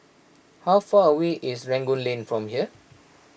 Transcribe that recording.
how far away is Rangoon Lane from here